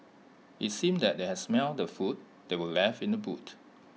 IT seemed that they had smelt the food that were left in the boot